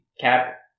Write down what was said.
cap